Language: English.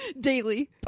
Daily